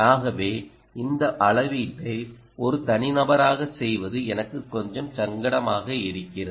ஆகவே இந்த அளவீட்டை ஒரு தனி நபராகச் செய்வது எனக்கு கொஞ்சம் சங்கடமாக இருக்கிறது